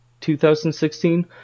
2016